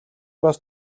бас